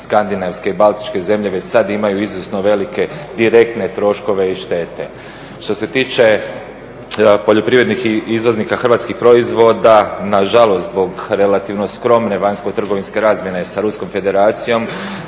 Skandinavske i Baltičke zemlje već sada imaju …/Govornik se ne razumije./… velike direktne troškove i štete. Što se tiče poljoprivrednih i izvoznika hrvatskih proizvoda nažalost zbog relativno skromne vanjskotrgovinske razmjene sa Ruskom federacijom